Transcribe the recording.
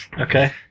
Okay